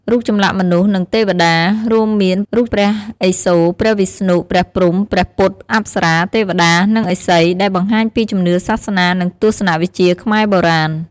រូបចម្លាក់មនុស្ស និងទេពតា រួមមានរូបព្រះឥសូរ ព្រះវិស្ណុ ព្រះព្រហ្ម ព្រះពុទ្ធ អប្សរា ទេវតា និងឥសី ដែលបង្ហាញពីជំនឿសាសនា និងទស្សនវិជ្ជាខ្មែរបុរាណ។